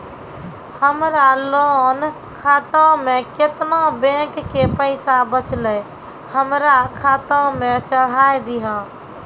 हमरा लोन खाता मे केतना बैंक के पैसा बचलै हमरा खाता मे चढ़ाय दिहो?